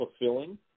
fulfilling